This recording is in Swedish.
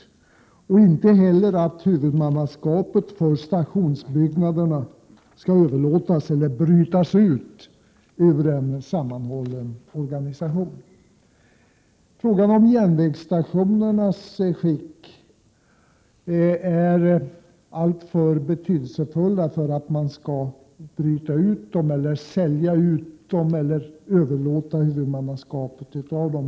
Vi vill inte heller att huvudmannaskapet för stationsbyggnaderna skall överlåtas eller brytas ut ur en sammanhållen organisation. När det gäller frågorna om järnvägsstationernas skick vill jag säga att järnvägsstationerna är alltför betydelsefulla för att man skall bryta ut dem ur organisationen, sälja ut dem eller överlåta huvudmannaskapet för dem.